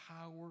power